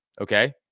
Okay